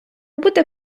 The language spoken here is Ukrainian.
буде